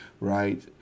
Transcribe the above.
right